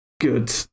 good